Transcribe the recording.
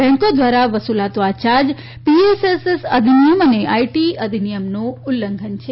બેંકો ધ્વારા વસુલાતો આ યાર્જ પીએસએસ અધિનિયમ અને આઇટી અધિનિયમનું ઉલંધન છે